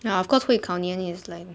ya of course 会考年 is like